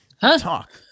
Talk